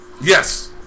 Yes